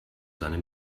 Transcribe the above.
seine